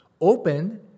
open